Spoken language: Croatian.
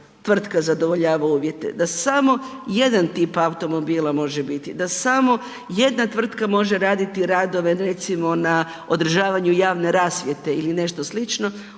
tvrtka zadovoljava uvjete, da samo jedan tip automobila može biti, da samo jedna tvrtka može raditi radove recimo na održavanju javne rasvjete ili nešto slično,